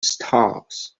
stars